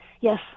Yes